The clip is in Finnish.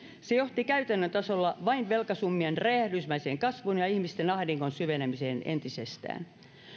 se johti käytännön tasolla vain velkasummien räjähdysmäiseen kasvuun ja ihmisten ahdingon syvenemiseen entisestään